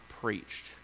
preached